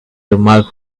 remark